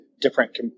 different